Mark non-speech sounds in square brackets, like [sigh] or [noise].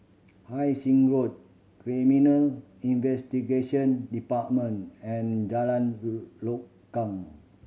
Hai Sing Road Criminal Investigation Department and Jalan [unintelligible] Lokam